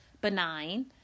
benign